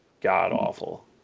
God-awful